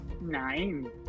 Nine